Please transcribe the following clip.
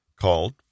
called